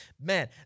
Man